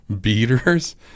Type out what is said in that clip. beaters